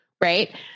Right